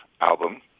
album